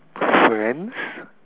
friends